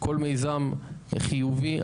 כל מיזם חיובי,